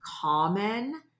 common